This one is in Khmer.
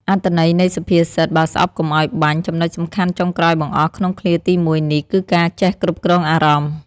អត្ថន័យនៃសុភាសិត "បើស្អប់កុំឲ្យបាញ់" ចំណុចសំខាន់ចុងក្រោយបង្អស់ក្នុងឃ្លាទីមួយនេះ គឺការចេះគ្រប់គ្រងអារម្មណ៍។